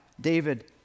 David